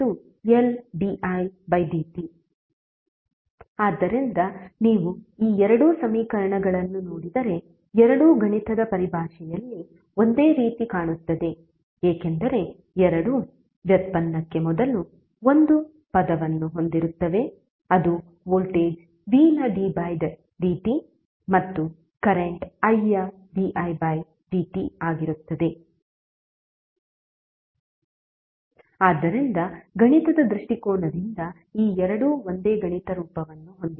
v Ldidt ಆದ್ದರಿಂದ ನೀವು ಈ ಎರಡು ಸಮೀಕರಣಗಳನ್ನು ನೋಡಿದರೆ ಎರಡೂ ಗಣಿತದ ಪರಿಭಾಷೆಯಲ್ಲಿ ಒಂದೇ ರೀತಿ ಕಾಣುತ್ತದೆ ಏಕೆಂದರೆ ಎರಡೂ ವ್ಯುತ್ಪನ್ನಕ್ಕೆ ಮೊದಲು ಒಂದು ಪದವನ್ನು ಹೊಂದಿರುತ್ತವೆ ಅದು ವೋಲ್ಟೇಜ್ v ನ d dt ಮತ್ತು ಕರೆಂಟ್ i ಯ didt ಆಗಿರುತ್ತದೆ ಆದ್ದರಿಂದ ಗಣಿತದ ದೃಷ್ಟಿಕೋನದಿಂದ ಈ ಎರಡು ಒಂದೇ ಗಣಿತ ರೂಪವನ್ನು ಹೊಂದಿದೆ